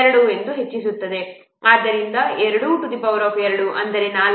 ಆದ್ದರಿಂದ 22 ಅಂದರೆ 4